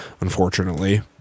unfortunately